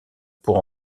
pour